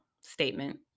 statement